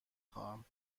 خواهم